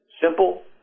Simple